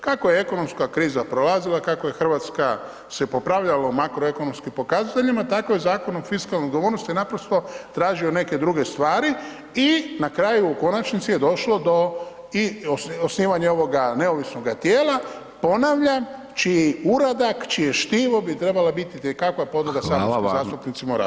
Kako je ekonomska kriza prolazila, kako je RH se popravljala u makro ekonomskim pokazateljima, tako je Zakon o fiskalnoj odgovornosti naprosto tražio neke druge stvari i na kraju u konačnici je došlo do i osnivanja ovoga neovisnoga tijela, ponavljam, čiji uradak, čije štivo bi trebala biti itekakva podloga [[Upadica: Hvala vam…]] saborskim zastupnicima u